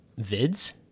vids